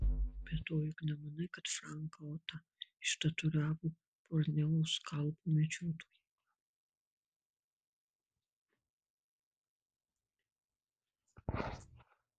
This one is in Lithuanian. be to juk nemanai kad franką otą ištatuiravo borneo skalpų medžiotojai